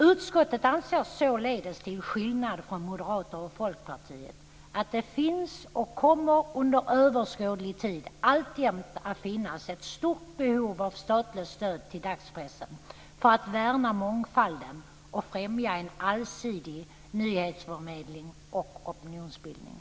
Utskottet anser således - till skillnad från moderater och folkpartister - att det finns, och under överskådlig tid kommer att finnas, ett stort behov av statligt stöd till dagspressen för att värna mångfalden och främja en allsidig nyhetsförmedling och opinionsbildning.